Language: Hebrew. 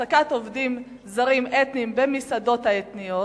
העסקת עובדים זרים אתניים במסעדות האתניות,